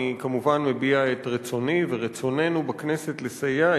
אני כמובן מביע את רצוני ורצוננו בכנסת לסייע,